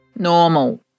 Normal